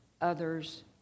others